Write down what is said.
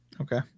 okay